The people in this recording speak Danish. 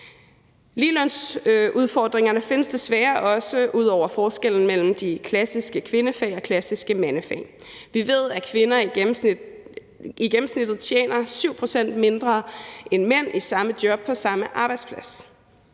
ligelønsudfordringer ud over forskellen mellem de klassiske kvindefag og de klassiske mandefag. Vi ved, at kvinder i gennemsnit tjener 7 pct. mindre end mænd i samme job på samme arbejdsplads.